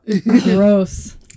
gross